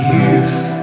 youth